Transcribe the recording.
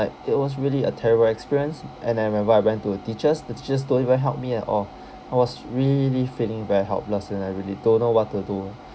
but it was really a terrible experience and I remember I went to a teachers the teachers don't even help me at all I was really feeling very helpless and I really don't know what to do